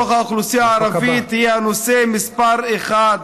ההתמודדות עם האלימות בתוך האוכלוסייה הערבית היא הנושא מספר אחת